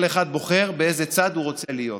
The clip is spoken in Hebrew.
כל אחד בוחר באיזה צד הוא רוצה להיות.